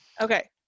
Okay